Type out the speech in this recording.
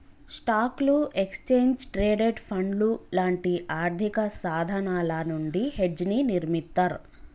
స్టాక్లు, exchange traded ఫండ్లు లాంటి ఆర్థికసాధనాల నుండి హెడ్జ్ని నిర్మిత్తర్